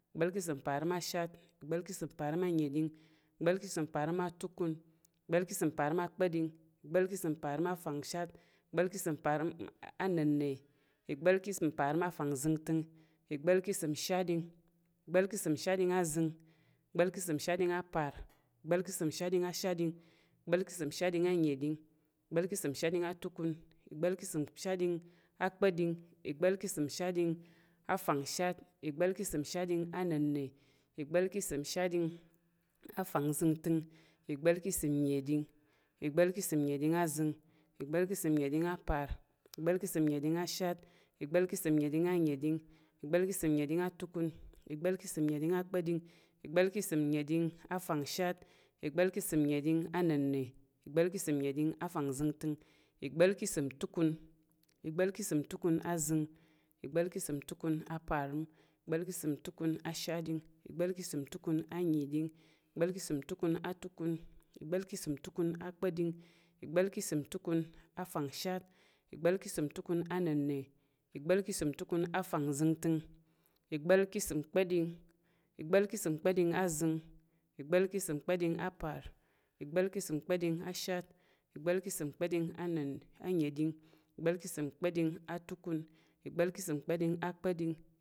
Ìgbá̱l ka̱ ìsəm parəm ashat, ìgbá̱l ka̱ ìsəm parəm anəɗing, ìgbá̱l ka̱ ìsəm parəm atukun, ìgbá̱l ka̱ ìsəm parəm akpa̱ɗing, ìgbá̱l ka̱ ìsəm parəm afangshat, ìgbá̱l ka̱ ìsəm parəm anənna̱, ìgbá̱l ka̱ ìsəm parəm afangzəngtəng, ìgbá̱l ka̱ ìsəm shatɗing, ìgbá̱l ka̱ ìsəm shatɗing azəng, ìgbá̱l ka̱ ìsəm shatɗing apar, ìgbá̱l ka̱ ìsəm shatɗing ashaɗing, ìgbá̱l ka̱ ìsəm shatɗing annəɗing, ìgbá̱l ka̱ ìsəm shatɗing tukun, ìgbá̱l ka̱ ìsəm shatɗing akpa̱ɗing, ìgbá̱l ka̱ ìsəm shatɗing afangshat, ìgbá̱l ka̱ ìsəm shatɗing anənna̱, ìgbá̱l ka̱ ìsəm shatɗing afangzəngtəng, ìgbá̱l ka̱ ìsəm nnəɗing, ìgbá̱l ka̱ ìsəm nnəɗing azəng, ìgbá̱l ka̱ ìsəm nnəɗing apar, ìgbá̱l ka̱ ìsəm nnəɗing ashaɗing, ìgbá̱l ka̱ ìsəm nnəɗing anənɗing, ìgbá̱l ka̱ ìsəm nnəɗing atukun, ìgbá̱l ka̱ ìsəm nnəɗing akpa̱ɗing, ìgbá̱l ka̱ ìsəm nnəɗing afangshat, ìgbá̱l ka̱ ìsəm nnəɗing annəna̱, ìgbá̱l ka̱ ìsəm nnəɗing afangzəngtəng, ìgbá̱l ka̱ ìsəm tukun, ìgbá̱l ka̱ ìsəm tukun aza̱ng, ìgbá̱l ka̱ ìsəm tukun apar, ìgbá̱l ka̱ ìsəm tukun ashatɗing, ìgbá̱l ka̱ ìsəm tukun annəɗing, ìgbá̱l ka̱ ìsəm tukun atukun, ìgbá̱l ka̱ ìsəm tukun akpa̱ɗing, ìgbá̱l ka̱ ìsəm tukun afangshat, ìgbá̱l ka̱ ìsəm tukun annəna̱, ìgbá̱l ka̱ ìsəm tukun afangzəngtəng, ìgbá̱l ka̱ ìsəm kpa̱ɗing, ìgbá̱l ka̱ ìsəm kpa̱ɗing azəng, ìgbá̱l ka̱ ìsəm kpa̱ɗing apar, ìgbá̱l ka̱ ìsəm kpa̱ɗing ashat, ìgbá̱l ka̱ ìsəm kpa̱ɗing anəɗing, ìgbá̱l ka̱ ìsəm kpa̱ɗing atukun, ìgbá̱l ka̱ ìsəm kpa̱ɗing akpa̱ɗing